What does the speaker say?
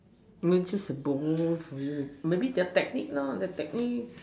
no is just a goals for me maybe just technique lah just technique